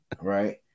Right